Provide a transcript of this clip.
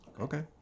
okay